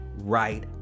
right